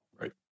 Right